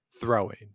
throwing